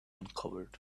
uncovered